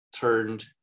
turned